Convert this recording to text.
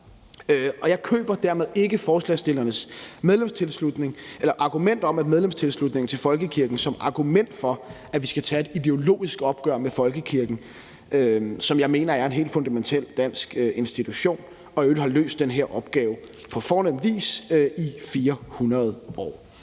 mig. Jeg køber dermed ikke forslagsstillernes argument om medlemstilslutningen til folkekirken som argument for, at vi skal tage et ideologisk opgør med folkekirken, som jeg mener er en helt fundamental dansk institution, som i øvrigt har løst den her opgave på fornem vis i 400 år.